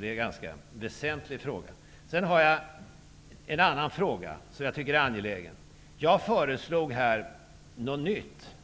Det är ett ganska väsentligt spörsmål. Jag har också en annan fråga, som jag tycker är angelägen. Jag har här föreslagit något nytt.